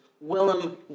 Willem